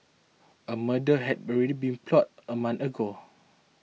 a murder had already been plotted a month ago